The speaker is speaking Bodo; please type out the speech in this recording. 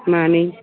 मानै